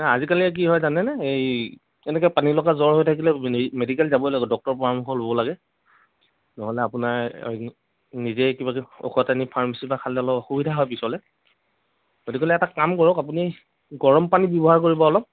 আজিকালি কি হয় জানেনে এই এনেকৈ পানীলগা জ্বৰ হৈ থাকিলে মেডিকেল যাবই লাগে ডক্টৰৰ পৰামৰ্শ ল'ব লাগে নহ'লে আপোনাৰ নিজেই কিবা যদি ঔষধ আনি ফাৰ্মাচী পৰা খালে অলপ অসুবিধা হয় পিছলে গতিকেলে এটা কাম কৰক আপুনি গৰম পানী ব্যৱহাৰ কৰিব অলপ